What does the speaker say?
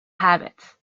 habits